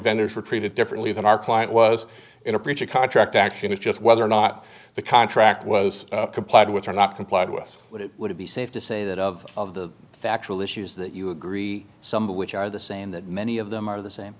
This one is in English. vendors were treated differently than our client was in a breach of contract action is just whether or not the contract was complied with or not complied with but it would be safe to say that of the factual issues that you agree some of which are the same that many of them are the same